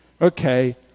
okay